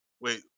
Wait